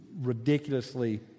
ridiculously